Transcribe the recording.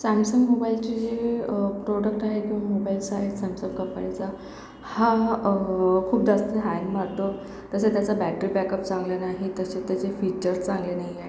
Samsung मोबाईलचे जे product आहे किंवा मोबाईल्स आहेत सॅमसंग कंपनीचा हा खूप जास्त हँग मारतो तसेच त्याचा बॅटरी बॅकअप चांगला नाही तसेच त्याचे फीचर चांगले नाही आहेत